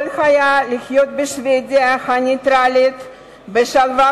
הוא יכול היה לחיות בשבדיה הנייטרלית בשלווה